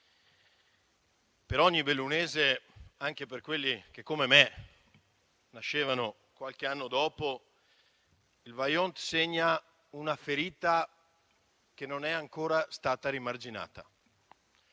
Per ogni bellunese, anche per quelli che come me nascevano qualche anno dopo, il Vajont segna una ferita che non si è ancora rimarginata;